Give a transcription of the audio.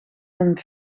een